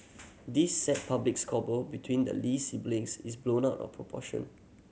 this sad public squabble between the Lee siblings is blown out of proportion